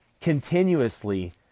continuously